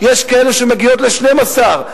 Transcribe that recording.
יש כאלה שמגיעות ל-12,